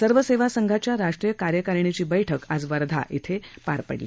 सर्व सेवा संघाच्या राष्ट्रीय कार्यकारिणीची बैठक आज वर्धेत बैठक पार पडली